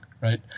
right